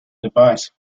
device